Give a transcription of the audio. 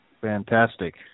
fantastic